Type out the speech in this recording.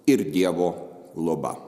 ir dievo globa